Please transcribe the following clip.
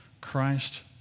Christ